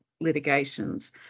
litigations